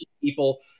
people